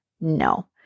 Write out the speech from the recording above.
No